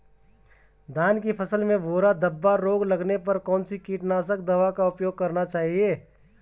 धान की फसल में भूरा धब्बा रोग लगने पर कौन सी कीटनाशक दवा का उपयोग करना चाहिए?